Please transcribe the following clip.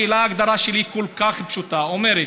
ההגדרה שלי היא כל כך פשוטה, ואומרת: